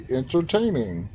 entertaining